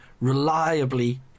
reliably